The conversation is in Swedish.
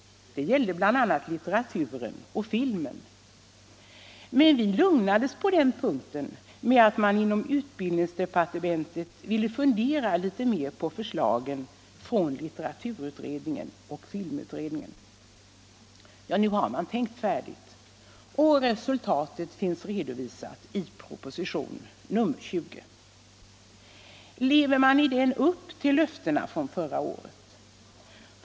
Det gällde bl.a. litteraturen och filmen. Men vi lugnades på den punkten med att man inom utbildningsdepartementet ville fundera litet mer på förslagen från litteraturutredningen och filmutredningen. Nu har man tänkt färdigt, och resultatet finns redovisat i propositionen 20. Lever man i den upp till löftena från förra året?